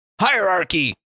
Hierarchy